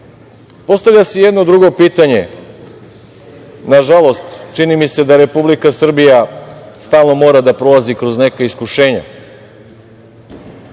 Srbije. Postavlja se jedno drugo pitanje, nažalost, čini mi se da Republika Srbija stalno mora da prolazi kroz neka iskušenja.